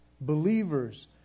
believers